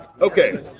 Okay